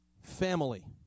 Family